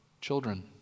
children